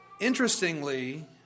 Interestingly